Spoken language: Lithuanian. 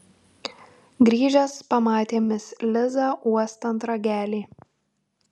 grįžęs pamatė mis lizą uostant ragelį